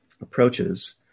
approaches